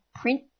print